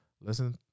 Listen